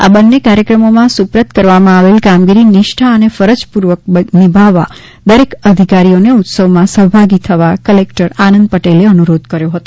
આ બન્ને પ્રોગ્રામોમાં સુપ્રત કરવામાં આવેલ કામગીરી નિષ્ઠા અને ફરજપૂર્વક નિભાવવા અને દરેક અધિકારીઓને ઉત્સવમાં સહભાગી થવા કલેકટર આનંદ પટેલે અનુરોધ કર્યો હતો